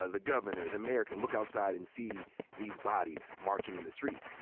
ah the governor, the mayor can look outside and see these bodies marching in the street.